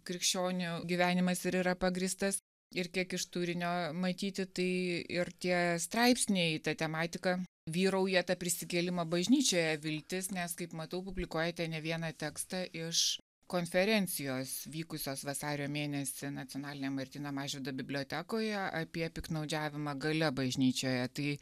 krikščionių gyvenimas ir yra pagrįstas ir kiek iš turinio matyti tai ir tie straipsniai ta tematika vyrauja ta prisikėlimo bažnyčioje viltis nes kaip matau publikuojate ne vieną tekstą iš konferencijos vykusios vasario mėnesį nacionalinėje martyno mažvydo bibliotekoje apie piktnaudžiavimą galia bažnyčioje tai